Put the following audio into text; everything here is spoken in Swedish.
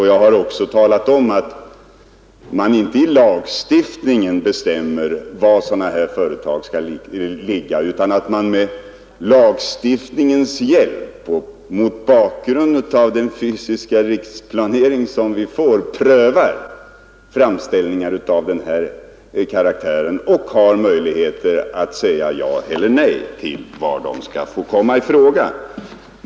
Jag har också talat om att det inte i lagstiftningen bestäms var sådana här företag skall ligga, utan att man med dess hjälp och mot bakgrund av den fysiska riksplanering som pågår prövar framställningar av denna karaktär och har möjligheter att avgöra var de skall komma i fråga.